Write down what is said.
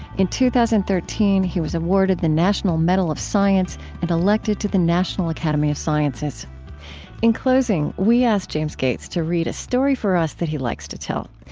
in two thousand and thirteen, he was awarded the national medal of science and elected to the national academy of sciences in closing, we asked james gates to read a story for us that he likes to tell.